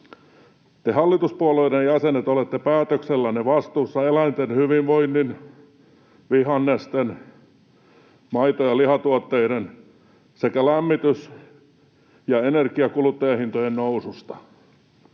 Te, hallituspuolueiden jäsenet, olette päätöksellänne vastuussa eläinten hyvinvoinnista sekä vihannesten, maito- ja lihatuotteiden sekä lämmityksen ja energian kuluttajahintojen noususta.